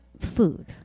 food